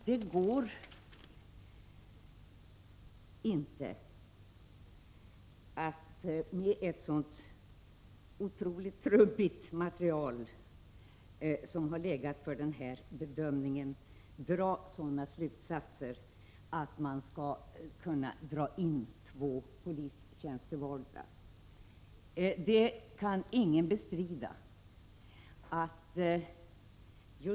Det går inte att av ett sådant otroligt trubbigt material som har legat till grund för denna bedömning dra slutsatsen att man skall kunna dra in två polistjänster i vart och ett av dessa distrikt.